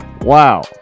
Wow